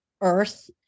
Earth